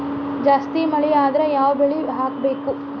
ಜಾಸ್ತಿ ಮಳಿ ಆದ್ರ ಯಾವ ಬೆಳಿ ಹಾಕಬೇಕು?